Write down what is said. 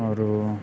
आओर